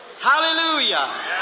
Hallelujah